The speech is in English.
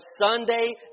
Sunday